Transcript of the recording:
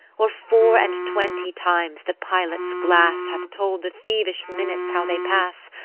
or four and twenty times the pilot's glass hath told the thievish minutes how they pass,